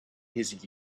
his